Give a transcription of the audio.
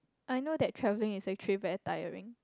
I know that travelling is actually very tiring